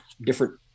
different